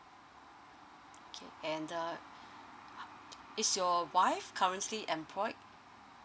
okay and err is your wife currently employed